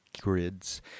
grids